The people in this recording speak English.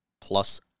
plus